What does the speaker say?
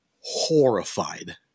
horrified